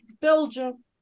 Belgium